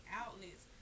outlets